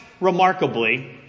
remarkably